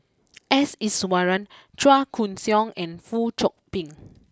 S Iswaran Chua Koon Siong and Fong Chong Pik